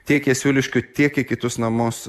tiek jasiuliškių tiek į kitus namus